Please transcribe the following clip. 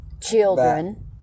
Children